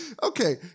Okay